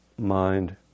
Mind